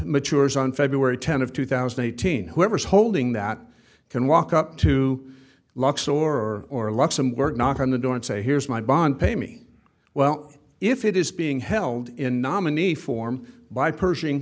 matures on february tenth of two thousand and eighteen whoever is holding that can walk up to locks or or lock some work knock on the door and say here's my bond pay me well if it is being held in nominee form by pershing